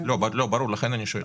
לא, ברור, לכן אני שואל.